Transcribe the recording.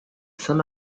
saint